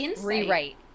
rewrite